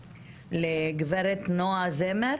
גברת נועה זמר,